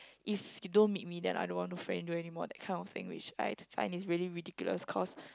if you don't meet me then I don't want to friend you anymore that kind of thing which I find is really ridiculous cause